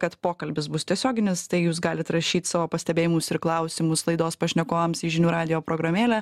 kad pokalbis bus tiesioginis tai jūs galit rašyt savo pastebėjimus ir klausimus laidos pašnekovams į žinių radijo programėlę